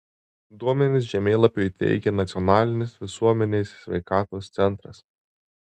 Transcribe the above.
duomenis žemėlapiui teikia nacionalinis visuomenės sveikatos centras